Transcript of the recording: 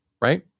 right